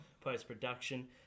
post-production